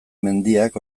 mendiak